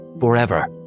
forever